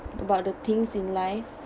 about the things in life